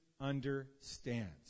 understands